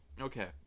Okay